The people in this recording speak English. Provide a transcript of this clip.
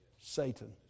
Satan